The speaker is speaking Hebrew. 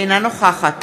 אינה נוכחת